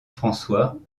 françois